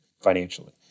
financially